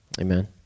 amen